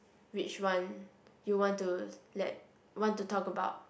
which one you want to let want to talk about